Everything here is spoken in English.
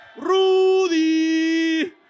Rudy